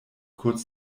kurz